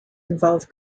involve